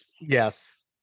Yes